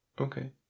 Okay